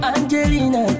Angelina